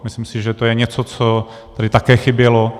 Myslím si, že to je něco, co tady také chybělo.